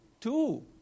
two